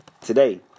Today